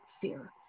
fear